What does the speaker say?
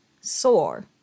Sore